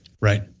Right